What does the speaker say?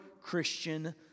Christian